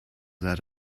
that